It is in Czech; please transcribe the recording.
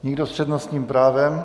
Nikdo s přednostním právem?